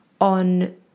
on